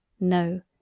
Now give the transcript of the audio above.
no!